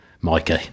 Mikey